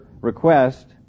request